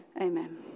amen